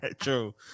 True